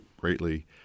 greatly